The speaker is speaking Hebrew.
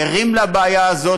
ערים לבעיה הזאת.